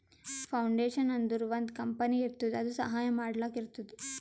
foundation ಅಂದುರ್ ಒಂದ್ company ಇರ್ತುದ್ ಅದು ಸಹಾಯ ಮಾಡ್ಲಕ್ ಇರ್ತುದ್